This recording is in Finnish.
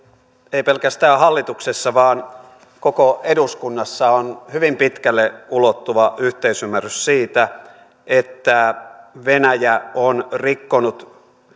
ei pelkästään hallituksessa vaan koko eduskunnassa on hyvin pitkälle ulottuva yhteisymmärrys siitä että venäjä on rikkonut